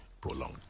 prolonged